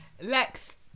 Lex